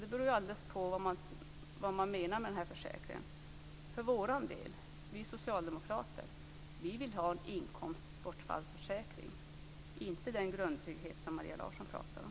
Det beror alldeles på vad man menar med försäkringen. Vi socialdemokrater vill för vår del ha en inkomstbortfallsförsäkring, inte den grundtrygghet som Maria Larsson pratar om.